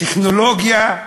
טכנולוגיה,